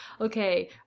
okay